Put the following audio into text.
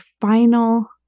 final